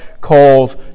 calls